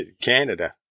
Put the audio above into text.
Canada